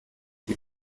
die